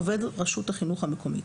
עובד רשות החינוך המקומית),